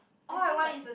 all I want is the